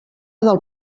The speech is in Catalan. del